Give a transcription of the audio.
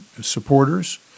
supporters